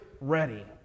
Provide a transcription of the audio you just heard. ready